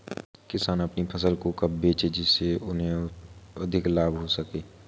किसान अपनी फसल को कब बेचे जिसे उन्हें अधिक लाभ हो सके?